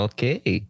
Okay